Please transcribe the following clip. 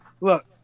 look